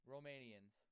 Romanians